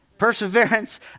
Perseverance